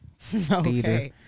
Theater